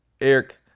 Eric